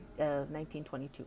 1922